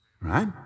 right